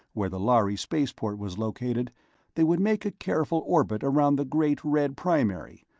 where the lhari spaceport was located they would make a careful orbit around the great red primary,